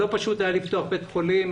לא היה פשוט לפתוח בית חולים.